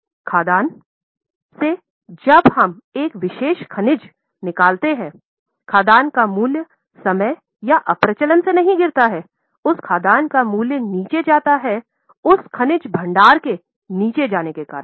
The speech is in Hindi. खदान से जब हम एक विशेष खनिज निकालतें हैंखदान का मूल्य समय या अप्रचलन से नहीं गिरती है उस खदान का मूल्य नीचे जाता है उस खनिज भंडार के नीचे जानें के कारण